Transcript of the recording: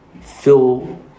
fill